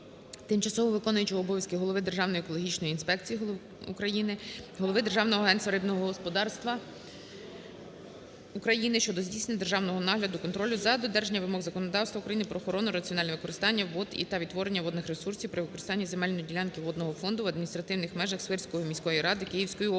тимчасово виконуючого обов'язки голови Державної екологічної інспекції України, голови Державного агентства рибного господарства України щодо здійснення державного нагляду (контролю) за додержанням вимог законодавства України про охорону, раціональне використання вод та відтворення водних ресурсів при використанні земельної ділянки водного фонду в адміністративних межах Сквирської міської ради Київської області.